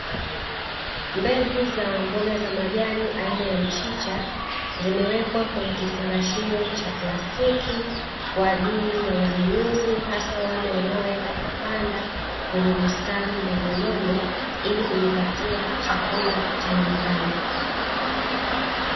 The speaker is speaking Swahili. Mbegu za mboga za majani aina ya mchicha zimewekwa kwenye kifungashio cha plastiki, kwajili ya wanunuzi hasa ya wale wanao enda kupanda kwenye bustani ndogondogo ili kujipatia chakula cha nyumbani.